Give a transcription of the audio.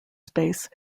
space